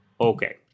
Okay